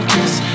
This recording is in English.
Cause